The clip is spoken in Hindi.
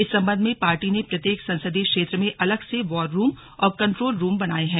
इस संबंध में पार्टी ने प्रत्येक संसदीय क्षेत्र में अलग से वॉररूम और कंट्रोल रूम बनाए हैं